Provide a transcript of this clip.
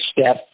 step